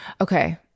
Okay